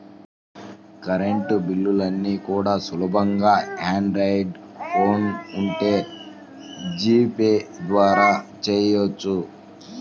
current బిల్లుల్ని కూడా సులువుగా ఆండ్రాయిడ్ ఫోన్ ఉంటే జీపే ద్వారా చెయ్యొచ్చు